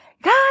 Guys